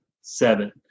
Seven